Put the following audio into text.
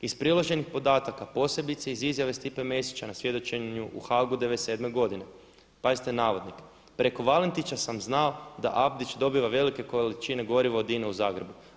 Iz priloženih podataka posebice iz izjave Stipe Mesića na svjedočenju u Haagu '97. godine“, pazite navodnike, „preko Valentića sam znao da Abdić dobiva velike količine goriva od INA-e u Zagrebu.